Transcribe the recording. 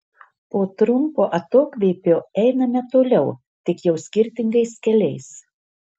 po trumpo atokvėpio einame toliau tik jau skirtingais keliais